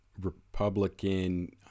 Republican